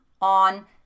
on